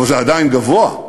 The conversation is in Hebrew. אבל זה עדיין גבוה.